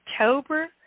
October